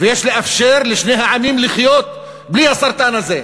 ויש לאפשר לשני העמים לחיות בלי הסרטן הזה.